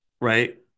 Right